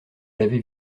l’avait